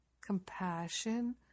compassion